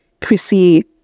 Chrissy